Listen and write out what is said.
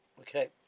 Okay